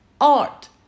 Art